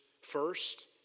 first